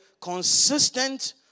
consistent